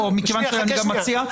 מכיוון שאני גם מציע.